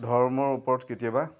ধৰ্মৰ ওপৰত কেতিয়াবা